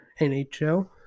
NHL